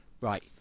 right